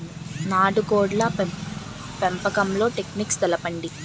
నాటుకోడ్ల పెంపకంలో టెక్నిక్స్ తెలుపండి?